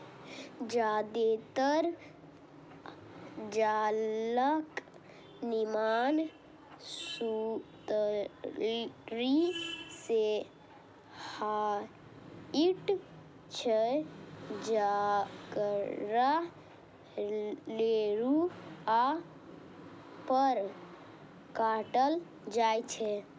जादेतर जालक निर्माण सुतरी सं होइत छै, जकरा टेरुआ पर काटल जाइ छै